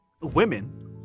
women